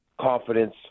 confidence